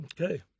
Okay